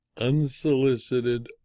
unsolicited